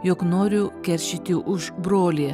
jog noriu keršyti už brolį